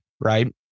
right